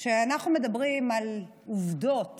כשאנחנו מדברים על עובדות